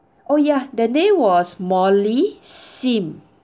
oh ya that day was molly sim